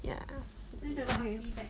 ya okay